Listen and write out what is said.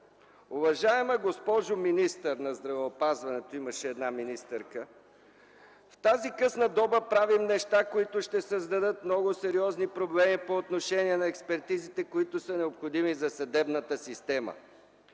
„Уважаема госпожо министър на здравеопазването” – имаше една министърка – „в тази късна доба правим неща, които ще създадат много сериозни проблеми по отношение на експертизите, които са необходими за съдебната система.